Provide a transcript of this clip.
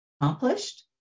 accomplished